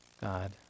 God